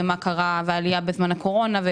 בהקשר של העלייה בזמן הקורונה.